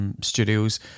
studios